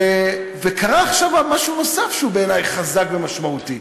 קרה עכשיו משהו נוסף, שבעיני הוא חזק ומשמעותי: